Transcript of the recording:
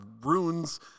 runes